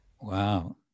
Wow